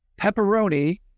Pepperoni